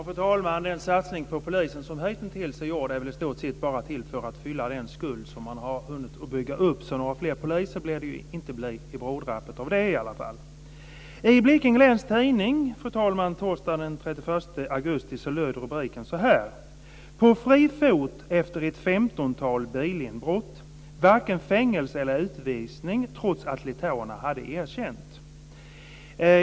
Fru talman! Den satsning på polisen som gjorts hitintills är i stort sett till för att fylla den skuld man har hunnit bygga upp. Några fler poliser blir det inte i brådrasket av det. Fru talman! I Blekinge Läns Tidning torsdagen den 31 augusti löd en av rubrikerna "På fri fot efter ett femtontal bilinbrott. Varken fängelse eller utvisning trots att litauerna har erkänt".